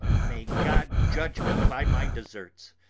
may god judge me by my deserts,